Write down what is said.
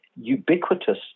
ubiquitous